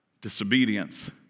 disobedience